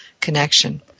connection